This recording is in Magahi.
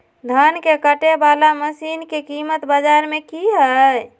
धान के कटे बाला मसीन के कीमत बाजार में की हाय?